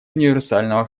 универсального